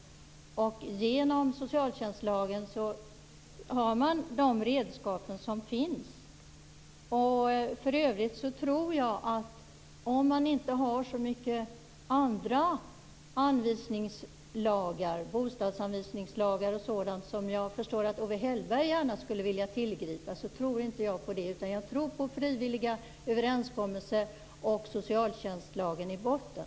Genom socialtjänstlagen har man de redskap man behöver. Jag förstår att Owe Hellberg gärna skulle vilja tillgripa bostadsanvisningslagar och sådant. Jag tror på frivilliga överenskommelser och socialtjänstlagen i botten.